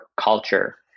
culture